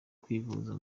kwivuza